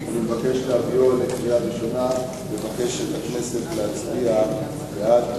להביאו לקריאה ראשונה ומבקש מהכנסת להצביע בעד.